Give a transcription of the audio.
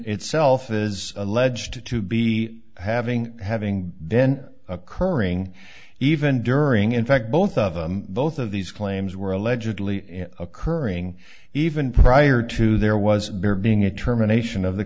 itself is alleged to be having having then occurring even during in fact both of both of these claims were allegedly occurring even prior to there was there being a terminations of the